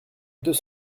deux